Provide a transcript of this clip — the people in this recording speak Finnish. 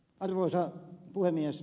arvoisa puhemies